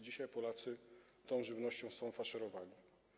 Dzisiaj Polacy są tą żywnością faszerowani.